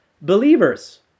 believers